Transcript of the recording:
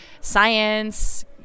science